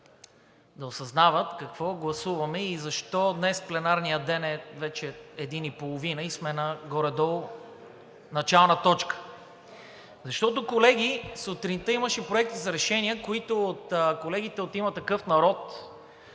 да осъзнават какво гласуваме и защо днес пленарният ден – вече е 13,30 ч. и сме горе-долу в начална точка. Защото, колеги, сутринта имаше проекти за решения, които колегите от „Има такъв народ“